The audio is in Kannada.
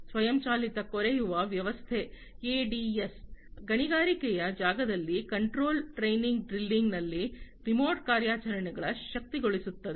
ಸ್ವಯಂಚಾಲಿತ ಕೊರೆಯುವ ವ್ಯವಸ್ಥೆ ಎಡಿಎಸ್ ಗಣಿಗಾರಿಕೆಯ ಜಾಗದಲ್ಲಿ ಕಂಟ್ರೋಲ್ ಡ್ರೈನಿಂಗ್ ಡ್ರಿಲ್ಲಿಂಗ್ನಲ್ಲಿ ರಿಮೋಟ್ ಕಾರ್ಯಾಚರಣೆಗಳ ಶಕ್ತಗೊಳಿಸುತ್ತದೆ